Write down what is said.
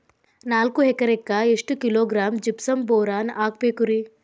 ನಾಲ್ಕು ಎಕರೆಕ್ಕ ಎಷ್ಟು ಕಿಲೋಗ್ರಾಂ ಜಿಪ್ಸಮ್ ಬೋರಾನ್ ಹಾಕಬೇಕು ರಿ?